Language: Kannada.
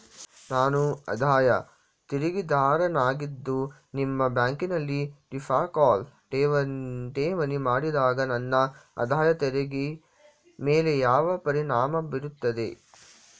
ನಾನು ಆದಾಯ ತೆರಿಗೆದಾರನಾಗಿದ್ದು ನಿಮ್ಮ ಬ್ಯಾಂಕಿನಲ್ಲಿ ಧೀರ್ಘಕಾಲ ಠೇವಣಿ ಮಾಡಿದಾಗ ನನ್ನ ಆದಾಯ ತೆರಿಗೆ ಮೇಲೆ ಯಾವ ಪರಿಣಾಮ ಬೀರುತ್ತದೆ?